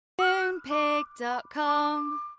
Moonpig.com